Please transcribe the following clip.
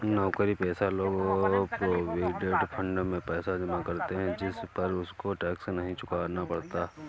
नौकरीपेशा लोग provident fund में पैसा जमा करते है जिस पर उनको टैक्स नहीं चुकाना पड़ता